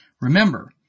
Remember